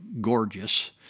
gorgeous